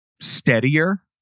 steadier